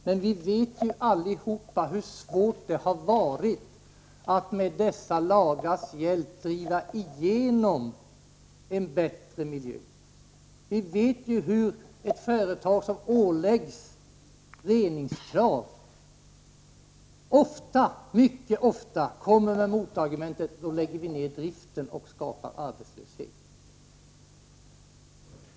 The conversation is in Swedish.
Men vi vet allihop hur svårt det har varit att med dessa lagars hjälp driva igenom en bättre miljö. Vi vet hur företag som åläggs reningskrav mycket ofta kommer med motargumentet: Då lägger vi ned driften och skapar arbetslöshet.